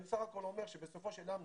אני בסך הכול אומר שבסופו של יום,